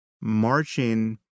marching